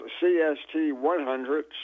CST-100